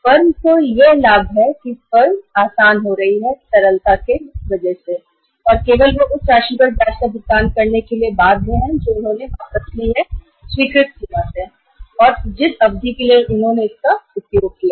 firm के लिए यह लाभकारी है क्योंकि फर्म को आसानी से तरल राशि मिल रही है और उन्हें केवल उसी राशि पर ब्याज का भुगतान करना है जितना उन्होंने खाते से निकाला है और सिर्फ उतनी अवधि के लिए भुगतान करना है जितने के लिए उन्होंने उसका उपयोग किया है